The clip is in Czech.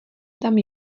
tam